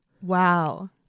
Wow